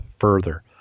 further